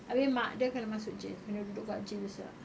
abeh mak dia kena masuk jail kena duduk kat jail sia